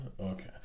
Okay